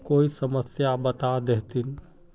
कोई समस्या बता देतहिन?